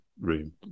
room